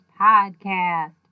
podcast